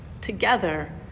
together